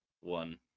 One